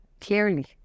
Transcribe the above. clearly